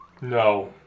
No